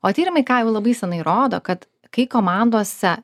o tyrimai ką jau labai senai rodo kad kai komandose